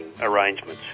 arrangements